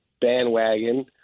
bandwagon